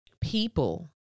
people